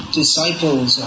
disciples